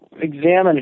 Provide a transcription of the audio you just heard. examine